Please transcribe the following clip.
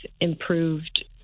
improved